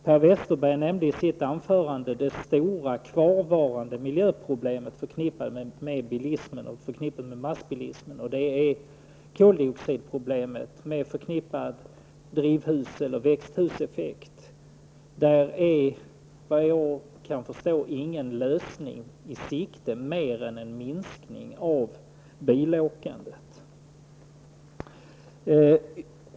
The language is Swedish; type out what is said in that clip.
Per Westerberg nämnde i sitt anförande det stora kvarvarande miljöproblem som är förknippat med bilismen, särskilt massbilismen. Det gäller problemet med koldioxiden, som leder till drivhuseller växthuseffekt. Enligt vad jag kan förstå är ingen lösning i sikte. Man måste minska bilåkandet.